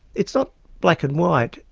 it's not black and white,